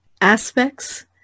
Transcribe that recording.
aspects